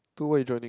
two what you joining